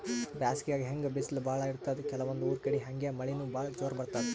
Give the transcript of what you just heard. ಬ್ಯಾಸ್ಗ್ಯಾಗ್ ಹೆಂಗ್ ಬಿಸ್ಲ್ ಭಾಳ್ ಇರ್ತದ್ ಕೆಲವಂದ್ ಊರ್ ಕಡಿ ಹಂಗೆ ಮಳಿನೂ ಭಾಳ್ ಜೋರ್ ಬರ್ತದ್